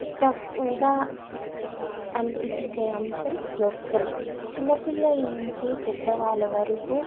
ఇష్టంగా అనిపించే అంశం నృత్యం చిన్నపిల్లల నుంచి పెద్దవాళ్ళ వరకు